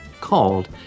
called